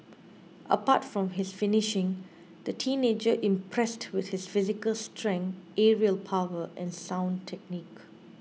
apart from his finishing the teenager impressed with his physical strength aerial power and sound technique